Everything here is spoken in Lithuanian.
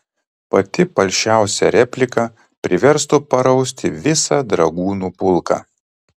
pati palšiausia replika priverstų parausti visą dragūnų pulką